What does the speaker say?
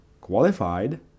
Qualified